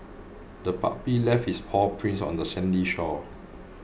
the puppy left its paw prints on the sandy shore